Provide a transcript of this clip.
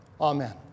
Amen